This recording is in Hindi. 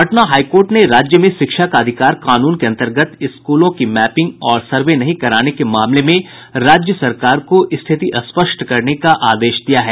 पटना हाईकोर्ट ने राज्य में शिक्षा का अधिकार कानून के अंतर्गत स्कूलों की मैपिंग और सर्वे नहीं कराने के मामले में राज्य सरकार को स्थिति स्पष्ट करने का आदेश दिया है